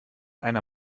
einer